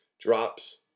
drops